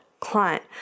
client